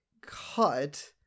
cut